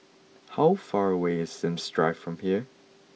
how far away is Sims Drive from here